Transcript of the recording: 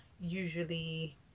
usually